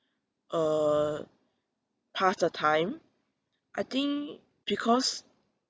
uh pass the time I think because